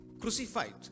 crucified